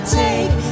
take